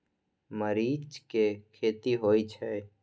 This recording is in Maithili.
मरीच के खेती होय छय?